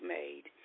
made